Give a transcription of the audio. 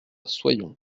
soyons